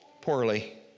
poorly